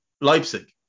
Leipzig